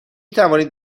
توانید